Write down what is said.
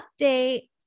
update